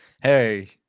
Hey